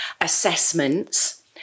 assessments